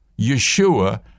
Yeshua